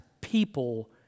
people